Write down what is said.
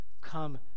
Come